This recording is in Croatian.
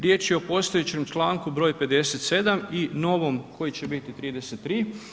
Riječ je o postojećem čl. br. 57. i novom koji će biti 33.